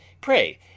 Pray